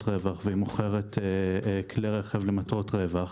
רווח והיא מוכרת כלי רכב למטרות רווח,